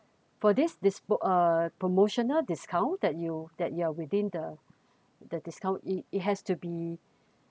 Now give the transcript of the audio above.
for this this book uh promotional discount that you that you are within the the discount it it has to be